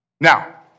Now